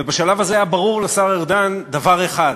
ובשלב הזה היה ברור לשר ארדן דבר אחד,